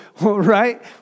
Right